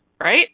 right